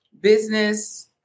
Business